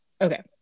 okay